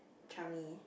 Changi